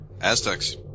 Aztecs